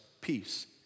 peace